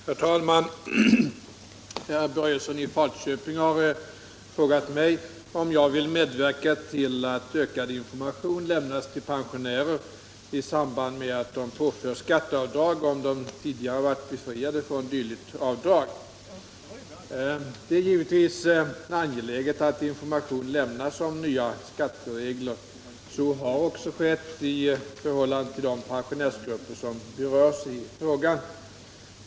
Börjessons i Falköping den 23 mars anmälda fråga, 1976/77:339, och Om ökad informaanförde: tion till pensionärer Herr talman! Herr Börjesson i Falköping har frågat mig om jag vill — beträffande medverka till att ökad information lämnas till pensionärer i samband = preliminärskatteavmed att de påförs skatteavdrag, om de tidigare varit befriade från dylikt — drag avdrag. Det är givetvis angeläget att information lämnas om nya skatteregler. Så har också skett i förhållande till de pensionärsgrupper som berörs i frågan.